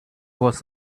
was